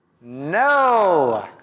No